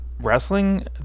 wrestling